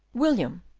william,